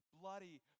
bloody